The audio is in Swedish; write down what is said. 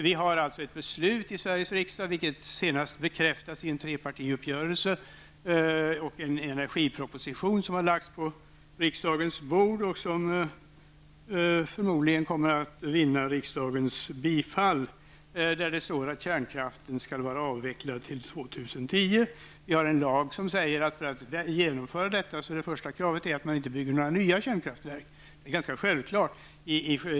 Vi har alltså fattat beslut i Sveriges riksdag, vilket senast bekräftats i en trepartiuppgörelse och i en energiproposition som har lagts på riksdagens bord och som förmodligen kommer att vinna riksdagens beslut, om att kärnkraften skall vara avvecklad till år 2010. Vi har en lag som säger att det första kravet för att genomföra beslutet är att vi inte bygger nya kärnkraftverk. Det är ganska självklart.